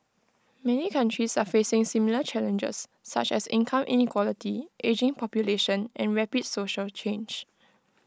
many countries are facing similar challenges such as income inequality ageing population and rapid social change